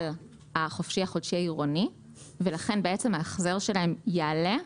החופשי חודשי העירוני ולכן בעצם ההחזר שלהם יעלה.